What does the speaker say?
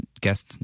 guest